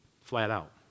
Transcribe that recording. Flat-out